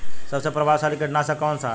सबसे प्रभावशाली कीटनाशक कउन सा ह?